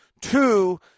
Two